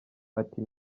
ati